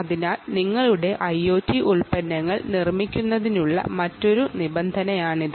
അതിനാൽ നിങ്ങളുടെ IoT ഉൽപ്പന്നങ്ങൾ നിർമ്മിക്കുന്നതിനുള്ള മറ്റൊരു നിബന്ധന കൂടിയാണിത്